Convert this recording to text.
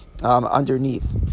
Underneath